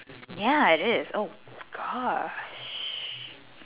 ya it is oh Gosh